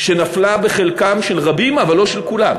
שנפלה בחלקם של רבים אבל לא של כולם,